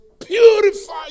Purify